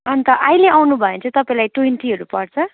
अन्त अहिले आउनुभयो भने चाहिँ तपाईँलाई ट्वेन्टीहरू पर्छ